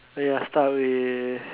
ya start with